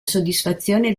soddisfazione